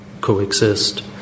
coexist